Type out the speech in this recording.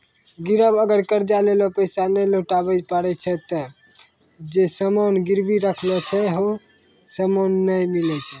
गिरब अगर कर्जा लेलो पैसा नै लौटाबै पारै छै ते जे सामान गिरबी राखलो छै हौ सामन नै मिलै छै